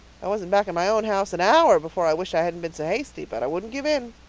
i wasn't back in my own house an hour before i wished i hadn't been so hasty but i wouldn't give in.